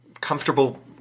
comfortable